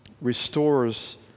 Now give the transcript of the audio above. restores